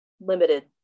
limited